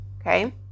Okay